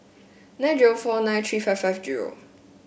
nine zero four nine three five five zero